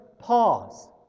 pause